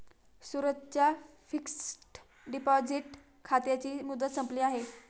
सूरजच्या fixed deposit खात्याची मुदत संपली आहे